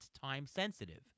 time-sensitive